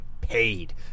paid